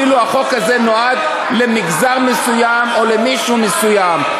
אז אל תספרו שכאילו החוק הזה נועד למגזר מסוים או למישהו מסוים.